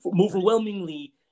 overwhelmingly